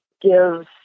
gives